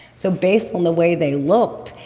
so, based on the way they looked,